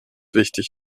wichtig